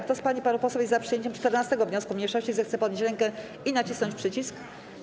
Kto z pań i panów posłów jest za przyjęciem 14. wniosku mniejszości, zechce podnieść rękę i nacisnąć przycisk.